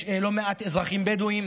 יש לא מעט אזרחים בדואים